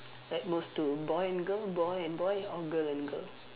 at most two boy and girl boy and boy or girl and girl